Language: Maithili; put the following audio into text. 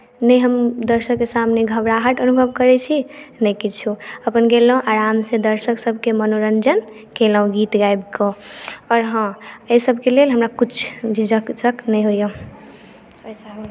नहि हम दर्शकके सामने घबराहट अनुभव करैत छी नहि किछो अपन गेलहुँ आरामसँ दर्शकसभके मनोरञ्जन केलहुँ गीत गाबि कऽ आओर हँ एहिसभके लेल हमरा कुछ झिझक विझक नहि होइए एहिसँ आगू